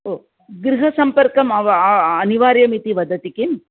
हो गृहसम्पर्कम् अनिवार्यम् इति वदति किम्